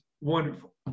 wonderful